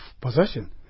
possession